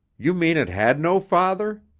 you mean it had no father?